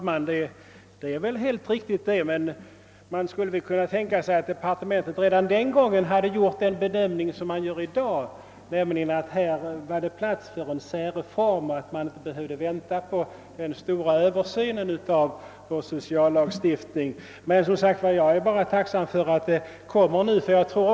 Herr talman! Det statsrådet Odhnoff nu sade är alldeles riktigt. Men departementet borde väl redan den gången ha kunnat göra en sådan bedömning som nu görs, nämligen att det härvidlag var plats för en särreform och att den stora översynen av vår sociallagstiftning inte behövde inväntas. Emellertid är jag, som jag tidigare sade, tacksam för att det nu blir en särbehandling av frågan.